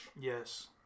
Yes